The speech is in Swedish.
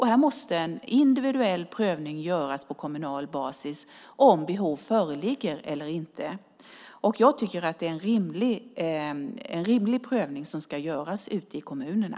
Här måste en individuell prövning göras på kommunal basis av om behov föreligger eller inte. Jag tycker att det är en rimlig prövning som ska göras ute i kommunerna.